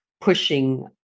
pushing